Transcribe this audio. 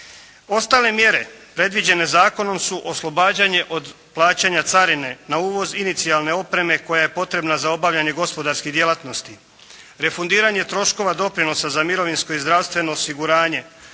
Ostale mjere predviđene zakonom su oslobađanje od plaćanja carine na uvoz inicijalne opreme koja je potrebna za obavljanje gospodarskih djelatnosti, refundiranje troškova doprinosa za mirovinsko i zdravstveno osiguranje,